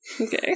Okay